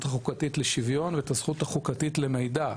החוקתית לשוויון ועל הזכות החוקתית למידע.